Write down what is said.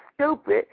stupid